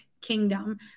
kingdom